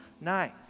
nice